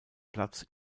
platz